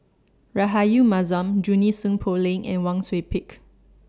Rahayu Mahzam Junie Sng Poh Leng and Wang Sui Pick